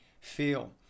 feel